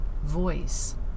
voice